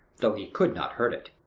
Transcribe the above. though he could not hurt it!